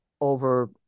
over